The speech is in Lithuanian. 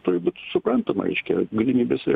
turi būt suprantama reiškia galimybės yra